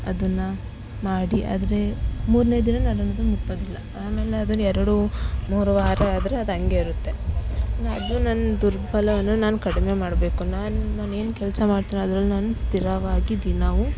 ಅದನ್ನು ಮಾಡಿ ಆದರೆ ಮೂರನೇ ದಿನ ನಾನು ಅದನ್ನು ಮುಟ್ಟೋದಿಲ್ಲ ಆಮೇಲೆ ಅದನ್ನು ಎರಡು ಮೂರು ವಾರ ಆದರೆ ಅದು ಹಂಗೆ ಇರುತ್ತೆ ಅದು ನನ್ನ ದುರ್ಬಲ ನಾನು ಕಡಿಮೆ ಮಾಡಬೇಕು ನಾನು ನಾನೇನು ಕೆಲಸ ಮಾಡ್ತಿನಿ ಅದ್ರಲ್ಲಿ ನಾನು ಸ್ಥಿರವಾಗಿ ದಿನವು